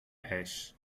eis